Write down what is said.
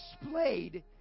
displayed